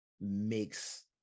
makes